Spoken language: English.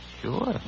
Sure